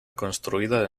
construida